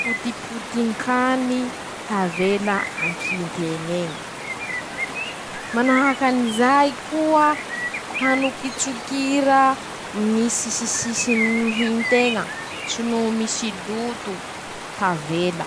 potipotin-kany tavela an-ky nteñ'eñy; manahakan'izay koa, hanokitsokira ñy sisisisiny ñy hinteña tso no misy loto tavela.